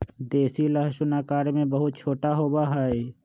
देसी लहसुन आकार में बहुत छोटा होबा हई